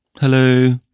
Hello